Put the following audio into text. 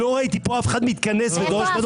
לא ראיתי פה אף אחד מתכנס ודורש ממנו